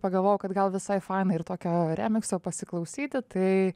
pagalvojau kad gal visai faina ir tokio remikso pasiklausyti tai